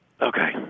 Okay